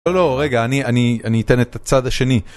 לא, לא, רגע, אני, אני, אני אתן את הצד השני.